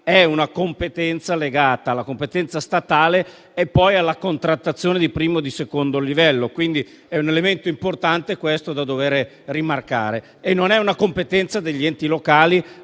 è una competenza legata alla competenza statale e poi alla contrattazione di primo e secondo livello. È un elemento importante questo da dovere rimarcare. Non è una competenza degli enti locali,